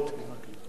זה נכון,